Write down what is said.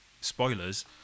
spoilers